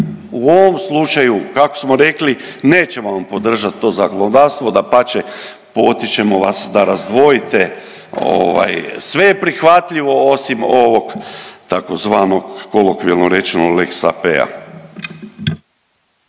u ovom slučaju kako smo rekli nećemo vam podržat to zakonodavstvo, dapače potičemo vas da razdvojite. Sve je prihvatljivo osim ovog tzv. kolokvijalno rečeno lex AP-a.